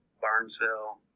Barnesville